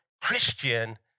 Christian